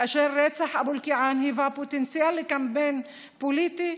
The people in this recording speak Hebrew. כאשר רצח אבו אלקיעאן היווה פוטנציאל לקמפיין פוליטי,